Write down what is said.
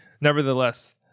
Nevertheless